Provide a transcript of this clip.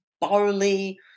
barley